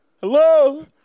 Hello